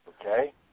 Okay